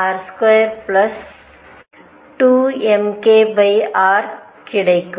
L2r22mkrகிடைக்கும்